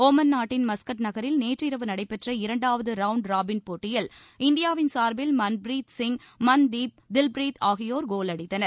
Oman நாட்டின் Muscat நகரில் நேற்று இரவு நடைபெற்ற இரண்டாவது ரவுண்ட் ராபின் போட்டியில் இந்தியாவின் சார்பில் மன்பிரீத் சிங் மன்தீப் தில்ப்ரீத் ஆகியோர் கோல் அடித்தனர்